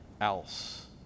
else